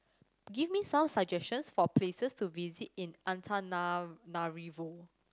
give me some suggestions for places to visit in Antananarivo